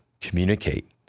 communicate